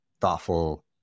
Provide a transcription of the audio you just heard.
thoughtful